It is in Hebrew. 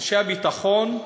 אנשי הביטחון,